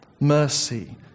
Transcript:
mercy